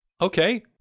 Okay